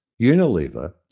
Unilever